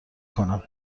کنم